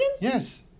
Yes